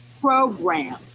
program